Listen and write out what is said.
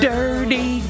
Dirty